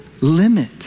limit